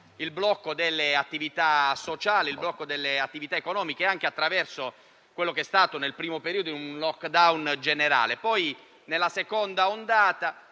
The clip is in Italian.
il blocco delle attività sociali ed economiche anche attraverso quello che è stato nel primo periodo un *lockdown* generale; poi, nella seconda ondata,